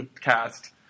cast